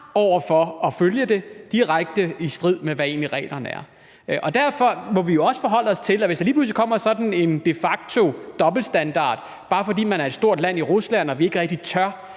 over for at følge det, hvilket er i direkte strid med, hvad reglerne er. Derfor må vi også forholde os til det, hvis der lige pludselig kommer sådan en de facto dobbeltstandard, bare fordi det drejer sig om et stort land i form af Rusland og vi ikke rigtig tør